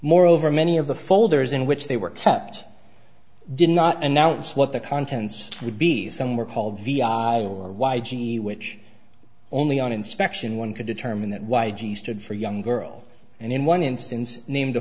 moreover many of the folders in which they were kept did not announce what the contents would be somewhere paul vi or y g which only on inspection one could determine that y g stood for young girl and in one instance named a